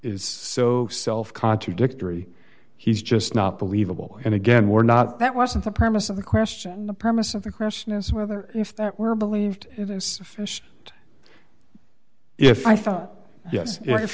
is so self contradictory he's just not believable and again we're not that wasn't the premise of the question the premise of the question is whether if that were believed this fish if